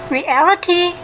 reality